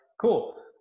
Cool